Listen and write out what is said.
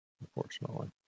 Unfortunately